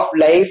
life